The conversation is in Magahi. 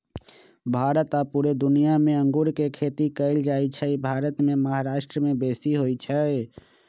भारत आऽ पुरे दुनियाँ मे अङगुर के खेती कएल जाइ छइ भारत मे महाराष्ट्र में बेशी होई छै